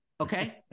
okay